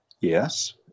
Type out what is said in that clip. Yes